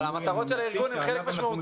אבל המטרות של הארגון הן חלק משמעותי.